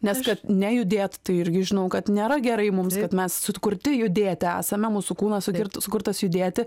nes kad nejudėt tai irgi žinau kad nėra gerai mums kad mes sukurti judėti esame mūsų kūnas sukur sukurtas judėti